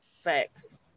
Facts